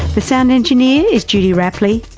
the sound engineer is judy rapley.